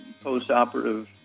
post-operative